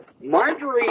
Marjorie